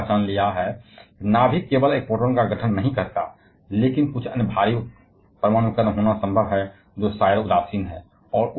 लेकिन यह भी पता चला है कि नाभिक केवल एक प्रोटॉन का गठन नहीं करता है लेकिन वहां कुछ अन्य भारी उपपरमाण्विक कण होना संभव है जो संभवतः तटस्थ है